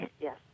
yes